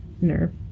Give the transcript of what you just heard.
nerve